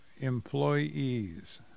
employees